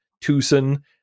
Tucson